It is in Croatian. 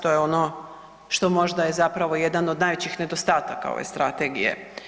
To je ono što možda je zapravo jedan od najvećih nedostataka ove strategije.